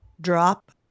Drop